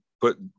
put